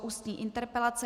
Ústní interpelace